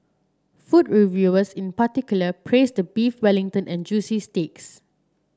food reviewers in particular praised the Beef Wellington and juicy steaks